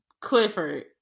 Clifford